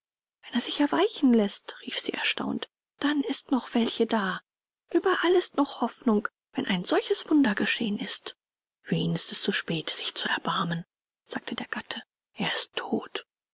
wenn er sich erweichen läßt rief sie erstaunt dann ist noch welche da ueberall ist noch hoffnung wenn ein solches wunder geschehen ist für ihn ist es zu spät sich zu erbarmen sagte der gatte er ist tot